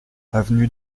avenue